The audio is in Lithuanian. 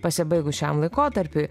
pasibaigus šiam laikotarpiui